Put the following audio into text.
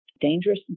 dangerous